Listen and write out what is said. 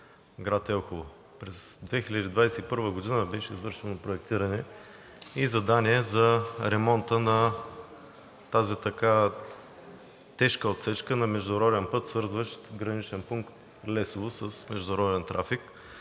град Елхово. През 2021 г. беше извършено проектиране и задание за ремонта на тази така тежка отсечка на международен път, свързващ граничен пункт Лесово с международен трафик